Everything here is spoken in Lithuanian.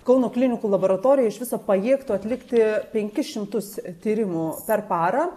kauno klinikų laboratorija iš viso pajėgtų atlikti penkis šimtus tyrimų per parą